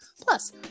Plus